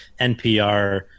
NPR